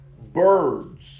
birds